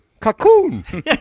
Cocoon